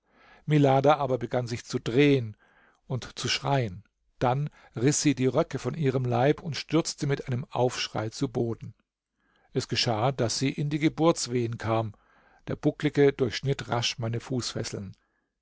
milada aber begann sich zu drehen und zu schreien dann riß sie die röcke von ihrem leib und stürzte mit einem aufschrei zu boden es geschah daß sie in die geburtswehen kam der bucklige durchschnitt rasch meine fußfesseln